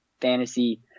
fantasy